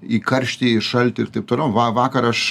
į karštį į šaltį ir taip toliau va vakar aš